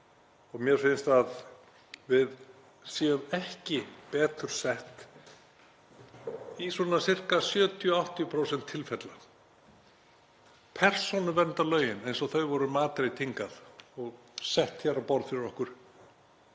og mér finnst að við séum ekki betur sett í svona sirka 70–80% tilfella. Persónuverndarlögin eins og þau voru matreidd hingað og sett hér á borð fyrir okkur